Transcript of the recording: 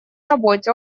работе